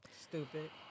Stupid